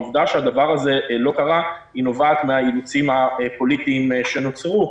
העובדה שהדבר הזה לא קרה נובעת מהאילוצים הפוליטיים שנוצרו,